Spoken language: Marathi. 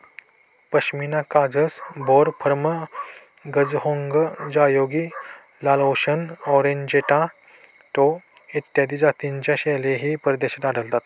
पश्मिना काजस, बोर, फर्म, गझहोंग, जयोगी, लाओशन, अरिजेंटो इत्यादी जातींच्या शेळ्याही परदेशात आढळतात